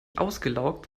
ausgelaugt